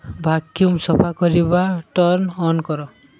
vacuum vacuum ସଫା କରିବା turn on କର